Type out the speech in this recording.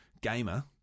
gamer